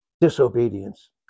Disobedience